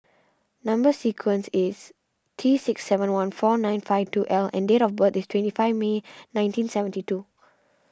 Number Sequence is T sex seven one four nine five two L and date of birth is twenty five May nineteen seventy two